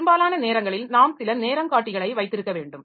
பெரும்பாலான நேரங்களில் நாம் சில நேரங்காட்டிகளைக் வைத்திருக்க வேண்டும்